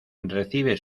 recibe